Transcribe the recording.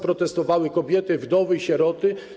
Protestowały kobiety, wdowy, sieroty.